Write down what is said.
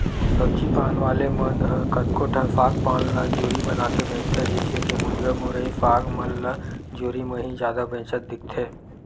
सब्जी पान वाले मन ह कतको ठन साग पान ल जुरी बनाके बेंचथे, जइसे के मुनगा, मुरई, साग मन ल जुरी म ही जादा बेंचत दिखथे